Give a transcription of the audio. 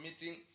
meeting